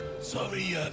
Sorry